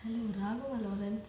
ragavaa lawrence